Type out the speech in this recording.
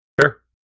Sure